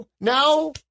now